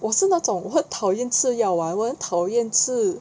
我是那种很讨厌吃药 lah 我很讨厌吃